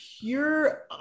pure